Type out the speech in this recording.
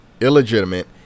illegitimate